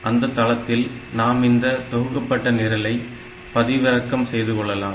அந்த தளத்தில் நாம் இந்த தொகுக்கப்பட்ட நிரலை பதிவிறக்கம் செய்துகொள்ளலாம்